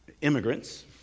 immigrants